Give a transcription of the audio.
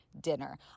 dinner